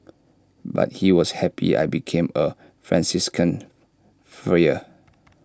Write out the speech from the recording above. but he was happy I became A Franciscan Friar